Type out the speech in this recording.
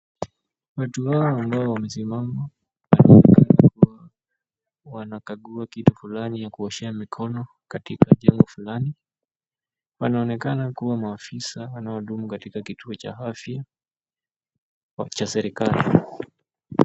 Watu hawa ambao wamesimama wanakagua kitu fulani ya kuoshea mikono katika jengo fulani. Wanaonekana kuwa maafisa wanaodumu katika kituo cha afya ya kiserikali.